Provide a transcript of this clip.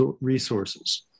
resources